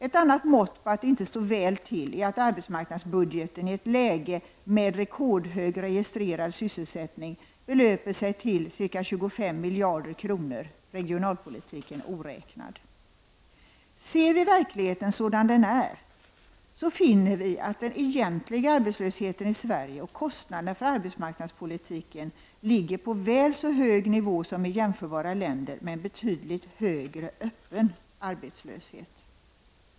Ett annat mått på att det inte står väl till är att arbetsmarknadsbudgeten i ett läge med rekordhög registrerad sysselsättning belöper sig till ca 25 miljarder kronor, regionalpolitiken oräknad. Ser vi verkligheten sådan den är finner vi att den egentliga arbetslösheten i Sverige och kostnaderna för arbetsmarknadspolitiken ligger på väl så hög nivå som i jämförbara länder med en betydligt högre öppen arbetslöshet.